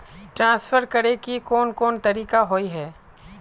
Transfer करे के कोन कोन तरीका होय है?